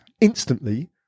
instantly